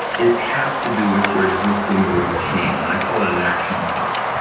it has to do with your existing routine. and i call it an action prompt.